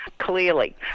clearly